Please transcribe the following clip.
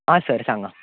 आं सर सांगा